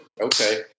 Okay